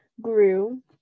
grew